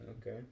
Okay